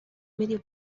medio